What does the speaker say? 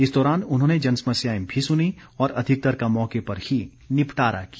इस दौरान उन्होंने जनसमस्याएं भी सुनी और अधिकतर का मौके पर ही निपटारा किया